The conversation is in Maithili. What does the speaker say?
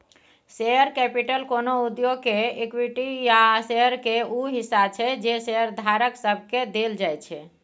शेयर कैपिटल कोनो उद्योग केर इक्विटी या शेयर केर ऊ हिस्सा छै जे शेयरधारक सबके देल जाइ छै